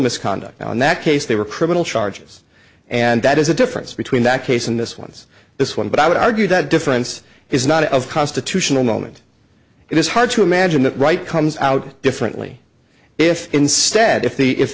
misconduct in that case they were criminal charges and that is the difference between that case and this one's this one but i would argue that difference is not of constitutional moment it is hard to imagine that right comes out differently if instead if the if